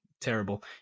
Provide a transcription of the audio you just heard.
terrible